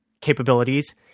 capabilities